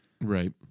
Right